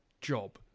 job